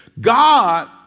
God